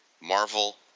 Marvel